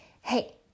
hey